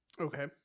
Okay